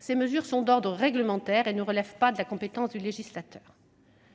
Ces mesures sont d'ordre réglementaire et ne relèvent pas de la compétence du législateur.